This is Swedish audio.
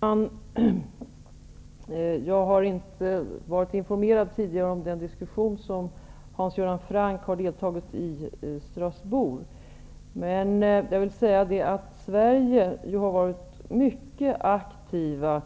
Herr talman! Jag har inte tidigare varit informerad om den diskussion i Strasbourg som Hans Göran Franck har deltagit i. Vi i Sverige har ju varit mycket aktiva